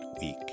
week